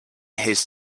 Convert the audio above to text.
his